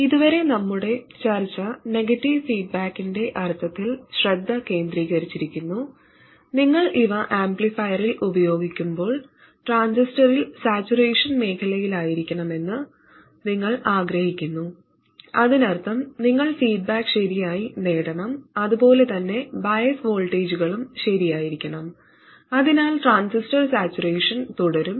ഇതുവരെ നമ്മുടെ ചർച്ച നെഗറ്റീവ് ഫീഡ്ബാക്കിന്റെ അർത്ഥത്തിൽ ശ്രദ്ധ കേന്ദ്രീകരിച്ചിരിക്കുന്നു നിങ്ങൾ ഇവ ഒരു ആംപ്ലിഫയറിൽ ഉപയോഗിക്കുമ്പോൾ ട്രാൻസിസ്റ്റർ സാച്ചുറേഷൻ മേഖലയിലായിരിക്കണമെന്ന് നിങ്ങൾ ആഗ്രഹിക്കുന്നു അതിനർത്ഥം നിങ്ങൾ ഫീഡ്ബാക്ക് ശരിയായി നേടണം അതുപോലെ തന്നെ ബയസ് വോൾട്ടേജുകളും ശരിയായിരിക്കണം അതിനാൽ ട്രാൻസിസ്റ്റർ സാച്ചുറേഷൻ തുടരും